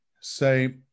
say